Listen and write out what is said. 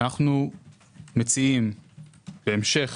בהמשך